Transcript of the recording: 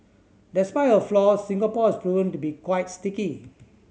despite her flaws Singapore has proven to be quite sticky